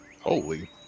holy